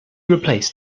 replaced